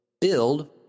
build